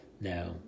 Now